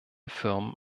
firmen